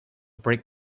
brake